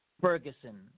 Ferguson